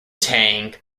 tang